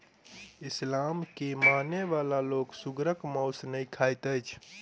इस्लाम के मानय बला लोक सुगरक मौस नै खाइत अछि